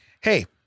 hey